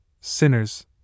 Sinners